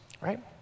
right